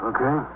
Okay